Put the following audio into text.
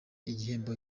igihembo